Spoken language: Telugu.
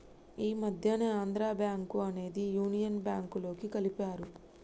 ఈ మధ్యనే ఆంధ్రా బ్యేంకు అనేది యునియన్ బ్యేంకులోకి కలిపారు